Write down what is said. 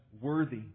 worthy